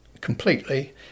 completely